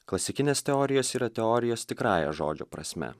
klasikinės teorijos yra teorijos tikrąja žodžio prasme